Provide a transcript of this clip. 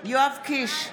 יואב קיש,